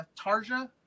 Tarja